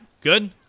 Good